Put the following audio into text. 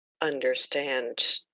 understand